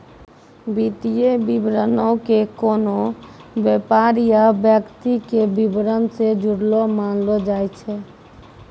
वित्तीय विवरणो के कोनो व्यापार या व्यक्ति के विबरण से जुड़लो मानलो जाय छै